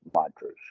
mantras